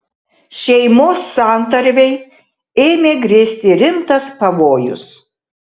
šeimos santarvei ėmė grėsti rimtas pavojus